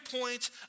point